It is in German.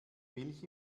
milch